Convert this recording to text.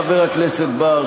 חבר הכנסת בר,